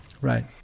Right